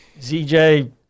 ZJ